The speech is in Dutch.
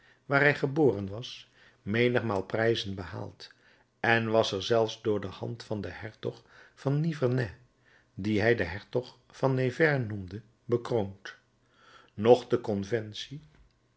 waar hij geboren was menigmaal prijzen behaald en was er zelfs door de hand van den hertog van nivernais dien hij den hertog van nevers noemde bekroond noch de conventie